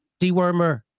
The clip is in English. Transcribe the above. dewormer